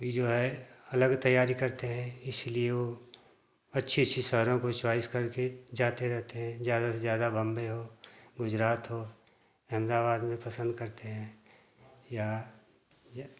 इ जो है अलग तैयारी करते हैं इसलिए वो अच्छी सी शहरों को चॉइस करके जाते रहते हैं ज़्यादा से ज़्यादा बंबई हो गुजरात हो अहमदाबाद भी पसंद करते हैं या या